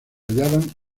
hallaban